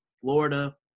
Florida